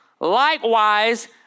Likewise